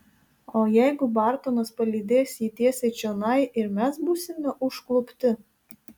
o jeigu bartonas palydės jį tiesiai čionai ir mes būsime užklupti